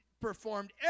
performed